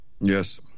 yes